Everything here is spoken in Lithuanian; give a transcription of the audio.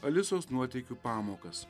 alisos nuotykių pamokas